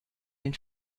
den